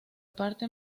parte